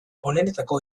onenetako